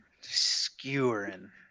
skewering